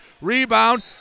rebound